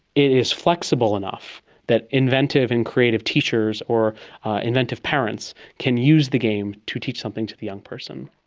it is flexible enough that inventive and creative teachers or inventive parents can use the game to teach something to the young person.